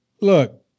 look